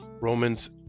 Romans